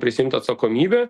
prisiimt atsakomybę